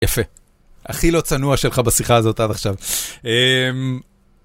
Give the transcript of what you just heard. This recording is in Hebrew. יפה. הכי לא צנוע שלך בשיחה הזאת עד עכשיו.